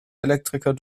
elektriker